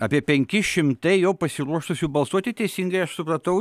apie penki šimtai jau pasiruošusių balsuoti teisingai aš supratau